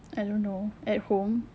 I don't know at home